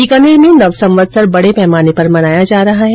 बीकानेर में नवसंवत्सर बड़े पैमाने पर मनाया जा रहा है